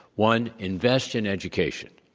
one, invest in education.